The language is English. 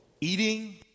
Eating